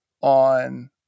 on